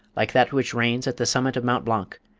like that which reigns at the summit of mont blanc,